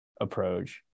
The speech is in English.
approach